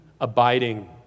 abiding